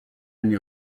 anni